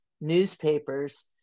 newspapers